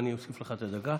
אני אוסיף לך את הדקה,